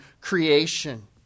creation